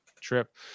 Trip